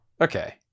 Okay